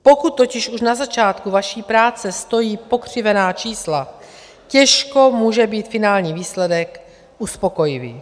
Pokud totiž už na začátku vaší práce stojí pokřivená čísla, těžko může být finální výsledek uspokojivý.